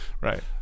Right